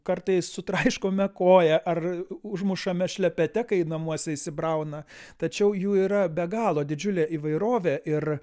kartais sutraiškome koja ar užmušame šlepete kai namuose įsibrauna tačiau jų yra be galo didžiulė įvairovė ir